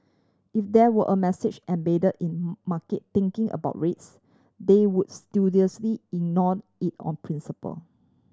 if there were a message embedded in market thinking about rates they would studiously ignore it on principle